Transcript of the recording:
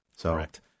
Correct